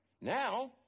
Now